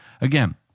Again